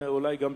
אולי גם בעזרתך.